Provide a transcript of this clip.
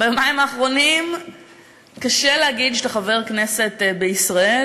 ביומיים האחרונים קשה להגיד שאתה חבר כנסת בישראל.